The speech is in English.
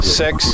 six